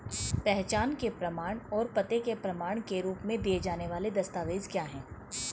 पहचान के प्रमाण और पते के प्रमाण के रूप में दिए जाने वाले दस्तावेज क्या हैं?